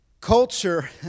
Culture